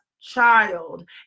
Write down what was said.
child